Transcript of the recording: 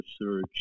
search